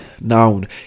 noun